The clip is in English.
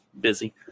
busy